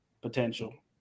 potential